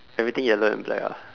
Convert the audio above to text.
everything yellow and black ah